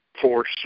force